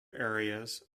areas